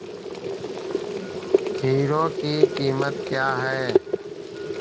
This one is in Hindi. हीरो की कीमत क्या है?